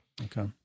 Okay